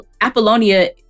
Apollonia